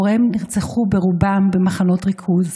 הוריהם נרצחו ברובם במחנות ריכוז.